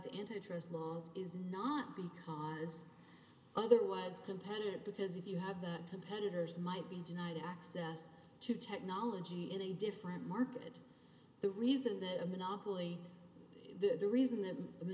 the antitrust laws is not because otherwise competitive because if you have the competitors might be denied access to technology in a different market the reason that a monopoly the reason that